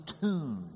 tuned